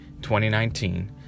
2019